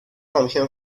唱片